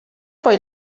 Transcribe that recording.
poi